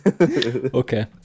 okay